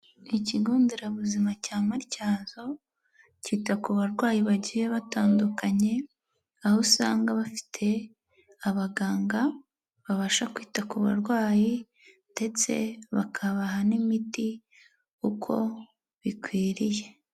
Ikigonderabuzima cya matyazo kita ku barwayi bagiye batandukanye, aho usanga bafite abaganga babasha kwita ku barwayi ndetse bakabaha n'imiti uko bikwiriye.